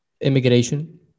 immigration